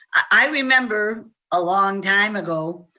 i remember a long time ago,